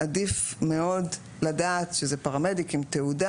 עדיף מאוד לדעת שזה פרמדיק עם תעודה